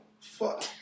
Fuck